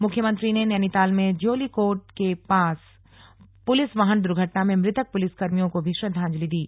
मुख्यमंत्री ने नैनीताल में ज्योलिकोट के पास पुलिस वाहन दुर्घटना में मृतक पुलिसकर्मियों को भी श्रद्धांजलि दी